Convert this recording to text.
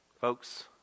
Folks